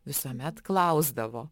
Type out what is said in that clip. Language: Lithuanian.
visuomet klausdavo